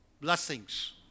blessings